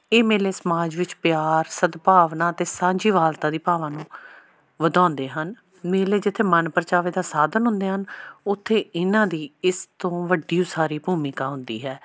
ਇਹ ਮੇਲੇ ਸਮਾਜ ਵਿੱਚ ਪਿਆਰ ਸਦਭਾਵਨਾ ਅਤੇ ਸਾਂਝੀਵਾਲਤਾ ਦੀ ਭਾਵਨਾ ਨੂੰ ਵਧਾਉਂਦੇ ਹਨ ਮੇਲੇ ਜਿੱਥੇ ਮਨਪਰਚਾਵੇ ਦਾ ਸਾਧਨ ਹੁੰਦੇ ਹਨ ਉੱਥੇ ਇਹਨਾਂ ਦੀ ਇਸ ਤੋਂ ਵੱਡੀ ਉਸਾਰੀ ਭੂਮਿਕਾ ਹੁੰਦੀ ਹੈ